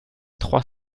trois